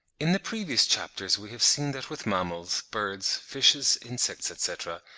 in the previous chapters we have seen that with mammals, birds, fishes, insects, etc,